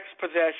possession